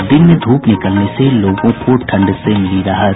और दिन में धूप निकलने से लोगों को ठंड से मिली राहत